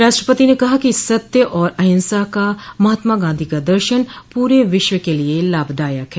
राष्टपति ने कहा कि सत्य और अहिंसा का महात्मा गांधी का दर्शन पूरे विश्व के लिए लाभदायक है